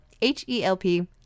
H-E-L-P